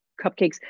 cupcakes